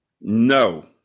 No